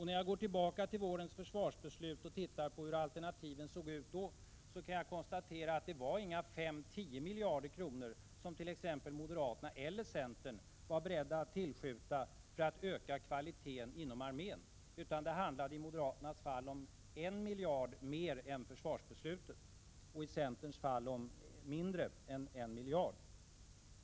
När jag då går tillbaka till vårens försvarsbeslut och ser på hur alternativen då såg ut, kan jag konstatera att det inte var 5-10 miljarder kronor som t.ex. moderaterna och centern var beredda att tillskjuta för att öka kvaliteten inom armén. I moderaternas fall handlade det om en miljard mer än i försvarsbeslutet och i centerns fall om mindre än en miljard.